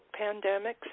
pandemics